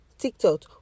Tiktok